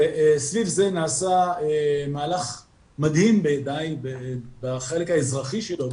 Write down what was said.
וסביב זה נעשה מהלך מדהים בעיני בחלק האזרחי שלו,